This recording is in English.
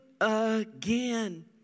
again